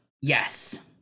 Yes